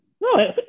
No